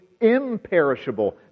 imperishable